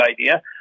idea